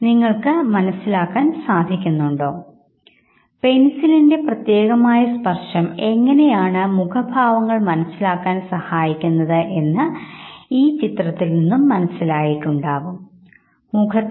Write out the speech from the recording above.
ഞാൻ ആന്തരികമായി മനസ്സ് കൊണ്ട് വളരെയധികം സന്തോഷവാനാണെങ്കിൽ എന്റെ മുഖത്തിൻറെ ഇടതുവശം വലതുവശവും ആയി താരതമ്യം ചെയ്യുമ്പോൾ വളരെയധികം സന്തോഷം പ്രകടിപ്പിക്കുന്നതായി കാണാം മറ്റൊരു ഉദാഹരണമെടുക്കാം നിങ്ങൾ ഒരു ഇടനാഴിയിലൂടെ നടന്നു പോകുമ്പോൾ ചില സുഹൃത്തുക്കളെ കണ്ടുമുട്ടുന്നു